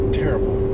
terrible